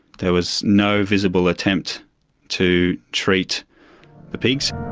there was no visible attempt to treat the pigs.